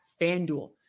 FanDuel